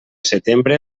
setembre